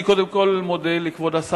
בקצרה, רק בקצרה.